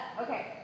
Okay